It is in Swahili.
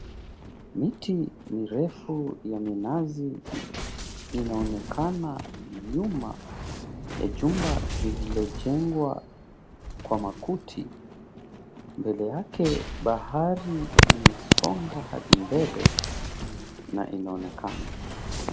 Miti mirefu ya minazi inaonekana nyuma ya jumba lililojengwa kwa makuti, mbele yake bahari imesonga hadi ulele na inaonekana.